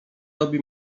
robi